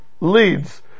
leads